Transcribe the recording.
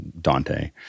Dante